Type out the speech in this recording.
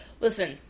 Listen